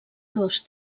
dos